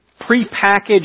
prepackaged